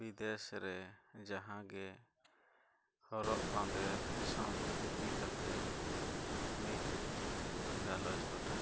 ᱵᱤᱫᱮᱥᱨᱮ ᱡᱟᱦᱟᱸᱜᱮ ᱦᱚᱨᱚᱜᱼᱵᱟᱸᱫᱮ ᱤᱫᱤ ᱠᱟᱛᱮᱫ ᱢᱤᱫ ᱜᱟᱞᱚᱪ ᱜᱚᱴᱟᱧ